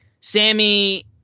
Sammy